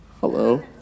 Hello